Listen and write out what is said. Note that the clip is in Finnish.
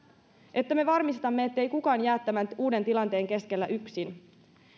että me varmistamme ettei kukaan jää tämän uuden tilanteen keskellä yksin